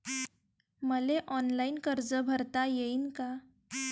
मले ऑनलाईन कर्ज भरता येईन का?